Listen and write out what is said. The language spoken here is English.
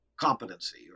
competency